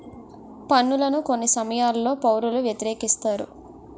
పన్నులను కొన్ని సమయాల్లో పౌరులు వ్యతిరేకిస్తారు